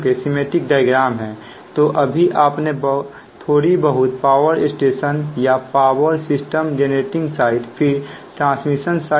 मानो अगर यह खुला हो और आपने यह बंद किया तो पावर इस तरफ से आएगा इसीलिए इसे आमतौर पर खुली हुई टाइ स्विच कहते हैं